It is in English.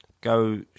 go